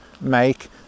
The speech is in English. make